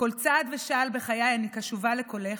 בכל צעד ושעל בחיי אני קשובה לקולך,